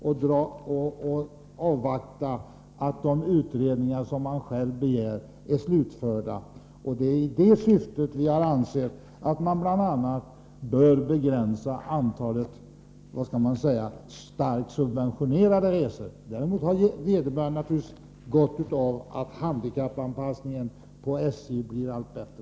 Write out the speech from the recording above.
Därför bör man avvakta att de utredningar som man själv begärt blir slutförda. Det är i det syftet vi har ansett att man bl.a. bör begränsa antalet starkt subventionerade resor. Däremot har vederbörande naturligtvis gott av att handikappanpassningen på SJ efter hand blir allt bättre.